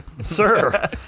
sir